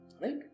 right